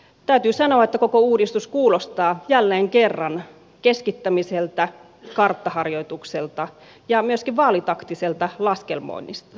täytyy sanoa että koko uudistus kuulostaa jälleen kerran keskittämiseltä karttaharjoitukselta ja myöskin vaalitaktiselta laskelmoinnilta